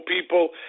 people